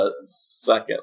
second